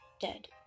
dead